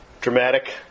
dramatic